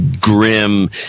grim